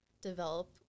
develop